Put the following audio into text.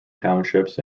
townships